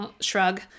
shrug